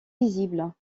visibles